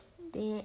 they